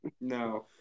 No